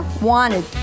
wanted